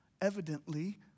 evidently